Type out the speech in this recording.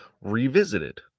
revisited